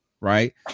right